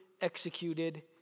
executed